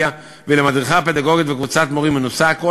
ולמדריכה הפדגוגית ולקבוצת מורים מנוסים.